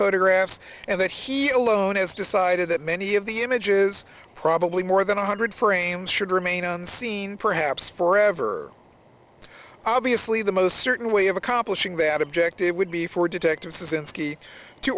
photographs and that he alone has decided that many of the images probably more than one hundred frames should remain on scene perhaps forever obviously the most certain way of accomplishing that objective would be for detective